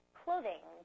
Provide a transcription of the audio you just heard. .clothing